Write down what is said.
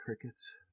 crickets